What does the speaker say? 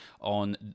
on